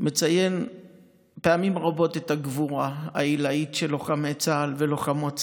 מציין פעמים רבות את הגבורה העילאית של לוחמי צה"ל ולוחמות צה"ל.